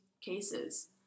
cases